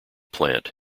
plant